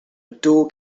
dual